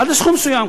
עד לסכום מסוים.